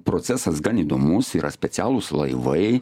procesas gan įdomus yra specialūs laivai